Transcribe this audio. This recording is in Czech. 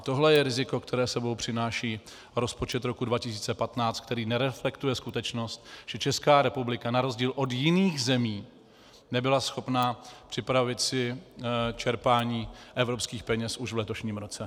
Tohle je riziko, které s sebou přináší rozpočet roku 2015, který nereflektuje skutečnost, že ČR na rozdíl od jiných zemí nebyla schopna připravit si čerpání evropských peněz už v letošním roce.